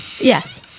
yes